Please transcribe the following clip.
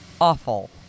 awful